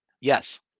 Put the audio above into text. Yes